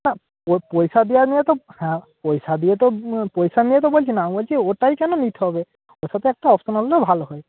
না পয়সা দেওয়া নিয়ে তো হ্যাঁ পয়সা দিয়ে তো পয়সা নিয়ে তো বলছি না আমি বলছি ওটাই কেন নিতে হবে ওটার একটা অপশান হলে ভালো হয়